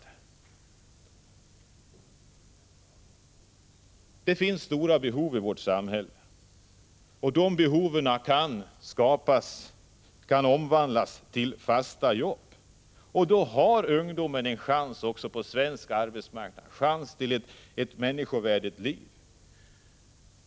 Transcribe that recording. Det finns stora behov i vårt samhälle, och de behoven kan omvandlas till fasta jobb. Då har ungdomen också på svensk arbetsmarknad en chans till ett människovärdigt liv.